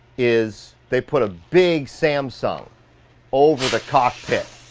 is, they put a big samsung over the cockpit.